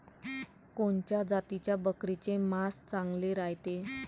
कोनच्या जातीच्या बकरीचे मांस चांगले रायते?